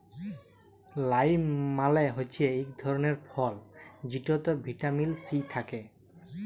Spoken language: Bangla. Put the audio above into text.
লাইম মালে হচ্যে ইক ধরলের ফল যেটতে ভিটামিল সি থ্যাকে